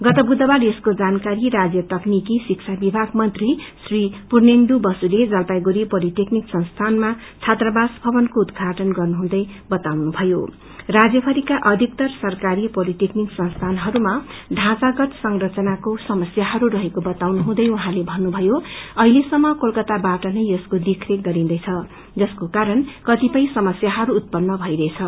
गत बुधबार यसको जानकारी राज्य तकनिकी शिक्षा विभाग मंत्री श्री पूर्णेन्दु बसुले जलापाईगुडी पोलिटेकनिक संस्थानमा छात्रावास भवनको उद्देघाटन गर्नुहुँदै बताउनुभयो राज्यीारिका अधिक्तर सरकारी पोलिटेकनिकल संस्थानहरूमा ढ़ाँचागत संरचनाको समस्यहरू रहेको वताउनुहुँदै उहाँले भन्नुभयो अहिलेसम्म कोलकाताबाट नै यसको देखरेख गरिन्दैछ जसको कारण कतिपय समस्याहरू भइरहेछ